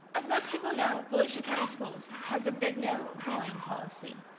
as most people know volusia county schools has a big no bullying policy.